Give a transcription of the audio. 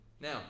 Now